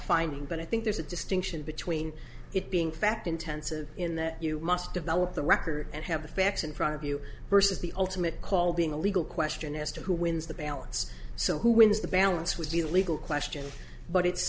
finding but i think there's a distinction between it being fact intensive in that you must develop the record and have the facts in front of you versus the ultimate call being a legal question as to who wins the ballots so who wins the balance was the legal question but it's